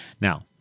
Now